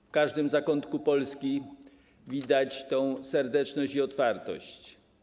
W każdym zakątku Polski widać tę serdeczność i otwartość.